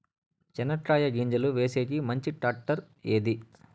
చెనక్కాయ గింజలు వేసేకి మంచి టాక్టర్ ఏది?